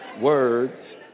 words